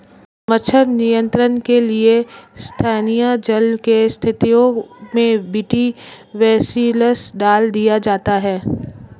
मच्छर नियंत्रण के लिए स्थानीय जल के स्त्रोतों में बी.टी बेसिलस डाल दिया जाता है